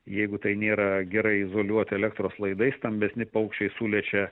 jeigu tai nėra gerai izoliuoti elektros laidai stambesni paukščiai suliečia